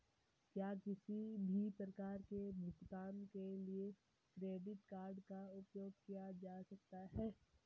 क्या किसी भी प्रकार के भुगतान के लिए क्रेडिट कार्ड का उपयोग किया जा सकता है?